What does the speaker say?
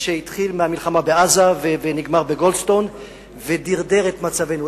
שהתחיל מהמלחמה בעזה ונגמר בגולדסטון ודרדר את מצבנו.